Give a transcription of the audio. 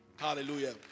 hallelujah